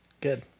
Good